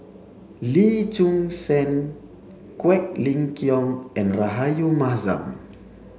Lee Choon Seng Quek Ling Kiong and Rahayu Mahzam